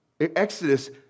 Exodus